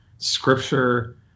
Scripture